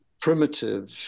primitive